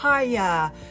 hiya